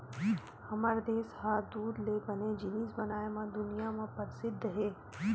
हमर देस ह दूद ले बने जिनिस बनाए म दुनिया म परसिद्ध हे